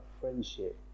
friendship